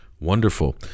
Wonderful